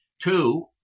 Two